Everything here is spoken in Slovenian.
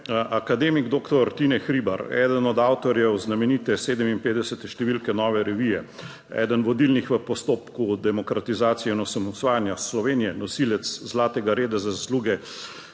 akademik doktor Tine Hribar, eden od avtorjev znamenite 57. številke Nove revije, eden vodilnih v postopku demokratizacije in osamosvajanja Slovenije, nosilec Zlatega reda za zasluge